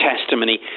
testimony